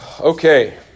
Okay